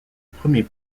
premier